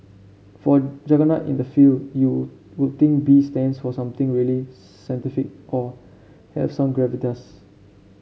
for a juggernaut in the field you would think B stands for something really scientific or have some gravitas